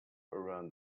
around